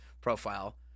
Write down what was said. profile